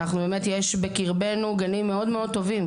יש בקרבנו גנים מאד מאוד טובים.